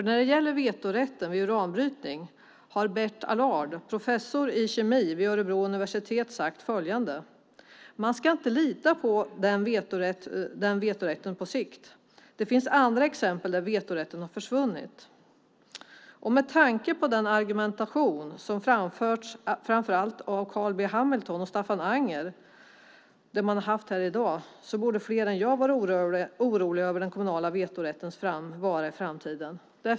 När det gäller vetorätten vid uranbrytning har Bert Allard, professor i kemi vid Örebro universitet, sagt att man inte ska lita på den vetorätten på sikt. Det finns andra exempel där vetorätten har försvunnit. Med tanke på den argumentation som har framförts av framför allt Carl B Hamilton och Staffan Anger i dag borde fler än jag vara oroliga över den kommunala vetorättens vara i framtiden.